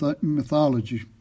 mythology